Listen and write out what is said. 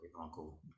uncle